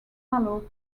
malo